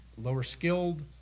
lower-skilled